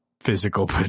physical